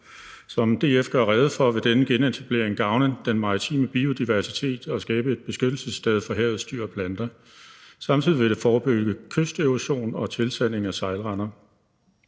Som DF gør rede for, vil denne genetablering gavne den maritime biodiversitet og skabe et beskyttelsessted for havets dyr og planter. Samtidig vil det forebygge kysterosion og tilsanding af sejlrender.